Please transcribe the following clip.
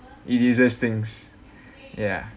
it eases things ya